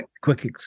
quick